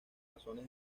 razones